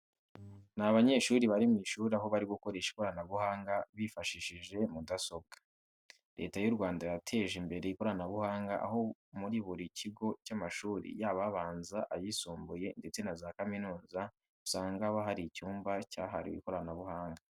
Ni abanyeshuri bari mu ishuri aho bari gukoresha ikoranabuhanga bifashishije mudasobwa. Leta y'u Rwanda yateje imbere ikoranabuhanga aho muri buri kigo cy'amashuri yaba abanza, ayisumbuye ndetse na za kaminuza usanga haba hari icyumba cyahariwe ikoranabuhanga.